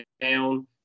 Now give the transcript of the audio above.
down